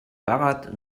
fahrrad